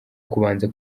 kubanza